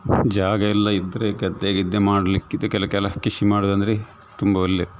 ಜಾಗ ಎಲ್ಲಾ ಇದ್ರೆ ಗದ್ದೆ ಗಿದ್ದೆ ಮಾಡ್ಲಿಕ್ಕೆ ಇದಕ್ಕೆಲಾ ಕೆಲ ಕೃಷಿ ಮಾಡೋದಂದ್ರೆ ತುಂಬ ಒಳ್ಳೆ